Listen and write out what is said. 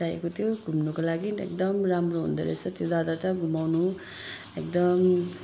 चाहिएको थियो घुम्नुको लागि एकदम राम्रो हुँदो रहेछ त्यो दादा त घुमाउनु एकदम